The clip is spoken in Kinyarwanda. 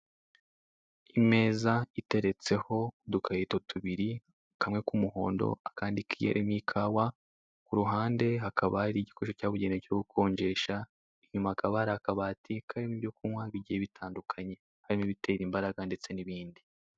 Imeza iteretseho udukarito tubiri kamwe k'umuhondo akandi karimo ikawa, kuruhande hakaba hari igikoresho cyabugenewe cyo gukonjesha, inyuma hakaba hari akabati karimo ibyo kunywa bigiye bitandukanye harimo ibitera imbaraga ndetse n'ibindi.